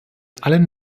allen